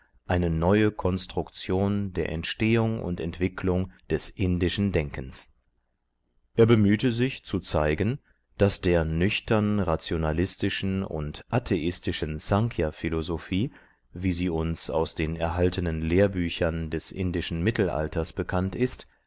eine neue konstruktion der entstehung und entwicklung des indischen denkens er bemühte sich zu zeigen daß der nüchtern rationalistischen und atheistischen snkhya philosophie wie sie uns aus den erhaltenen lehrbüchern des indischen mittelalters bekannt ist